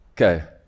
Okay